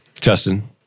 Justin